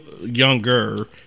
younger